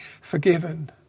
forgiven